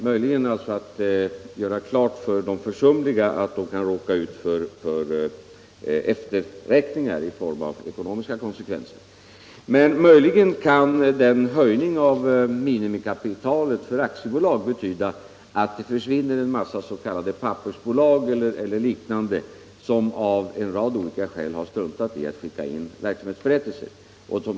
Möjligen kan man göra klart för de försumliga att de kan råka ut för efterräkningar i form av ekonomiska konsekvenser. Möjligen kan också höjningen av minimikapitalet för aktiebolag betyda att det försvinner en mängd pappersbolag eller liknande, som av en rad olika skäl har struntat i att skicka in verksamhetsberättelser.